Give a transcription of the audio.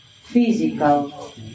physical